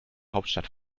hauptstadt